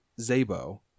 Zabo